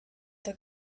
the